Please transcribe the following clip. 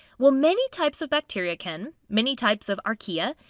well many types of bacteria can. many types of archaea.